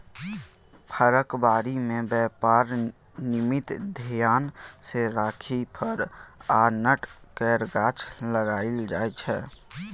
फरक बारी मे बेपार निमित्त धेआन मे राखि फर आ नट केर गाछ लगाएल जाइ छै